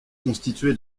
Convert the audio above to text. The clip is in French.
constitué